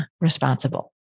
responsible